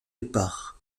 épars